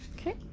Okay